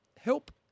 help